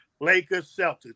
Lakers-Celtics